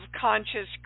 Conscious